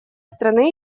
страны